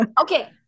okay